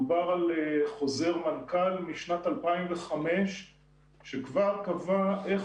מדובר על חוזר מנכ"ל משנת 2005 שקבע איך